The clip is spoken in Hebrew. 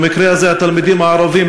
במקרה הזה התלמידים הערבים,